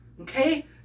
Okay